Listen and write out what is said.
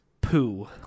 poo